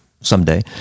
someday